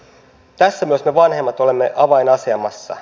tässä myös me vanhemmat olemme avainasemassa